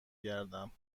گردم